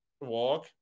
walk